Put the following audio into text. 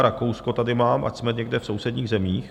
Rakousko tady mám, ať jsme někde v sousedních zemích.